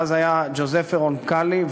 שאז היה ג'וזפה רונקלי,